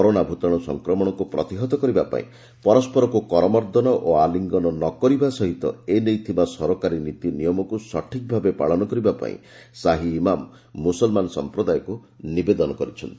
corona ଭୂତାଣ୍ର ସଂକ୍ରମଣକୁ ପ୍ରତିହତ କରିବାପାଇଁ ପରସ୍କରକ୍ କରମର୍ଦ୍ଦନ ଓ ଆଲିଙ୍ଗନ ନ କରିବା ସହିତ ଏନେଇ ଥିବା ସରକାରୀ ନୀତି ନିୟମକୁ ସଠିକ୍ ଭାବେ ପାଳନ କରିବାପାଇଁ ସାହି ଇମାମ୍ ମୁସଲ୍ମାନ ସମ୍ପ୍ରଦାୟକୁ ନିବେଦନ କରିଚ୍ଛନ୍ତି